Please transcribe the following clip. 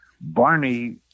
Barney